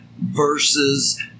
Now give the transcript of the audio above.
versus